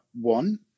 one